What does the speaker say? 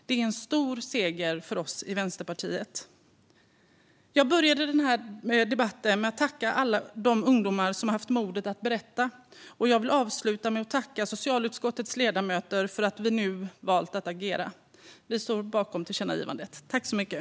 Det är en stor seger för oss i Vänsterpartiet. Jag började mitt anförande i debatten med att tacka alla de ungdomar som har haft modet att berätta. Jag vill avsluta med att tacka socialutskottets ledamöter för att vi nu valt att agera. Vi står bakom tillkännagivandet.